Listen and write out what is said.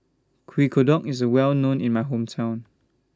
Kueh Kodok IS Well known in My Hometown